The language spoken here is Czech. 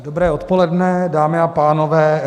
Dobré odpoledne, dámy a pánové.